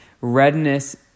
redness